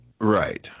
Right